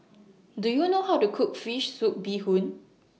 Do YOU know How to Cook Fish Soup Bee Hoon